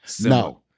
no